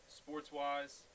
sports-wise